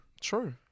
True